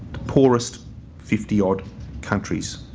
the poorest fifty odd countries.